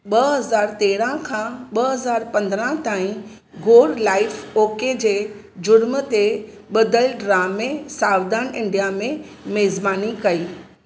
ॿ हज़ार तेरहं खां ॿ हज़ार पंदरहं ताईं गोर लाइफ ओके जे जुर्म ते ॿधलु ड्रामें सावधान इंडिया में मेज़बानी कई